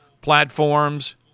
platforms